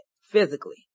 physically